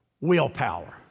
Willpower